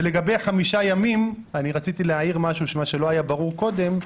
לגבי חמישה ימים רציתי להעיר משהו שלא היה ברור קודם.